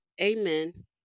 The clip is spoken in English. Amen